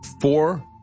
four